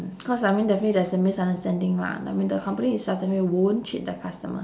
cause I mean definitely there's a misunderstanding lah I mean the company itself definitely won't cheat the customer